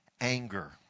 anger